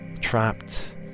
trapped